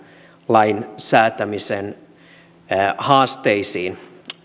lain säätämisen haasteisiin